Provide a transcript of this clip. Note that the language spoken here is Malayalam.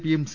പിയും സി